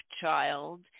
child